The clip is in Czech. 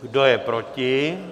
Kdo je proti?